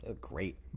great